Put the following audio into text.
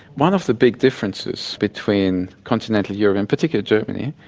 one of the big differences between continental europe, in particular germany,